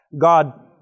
God